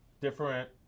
different